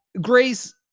Grace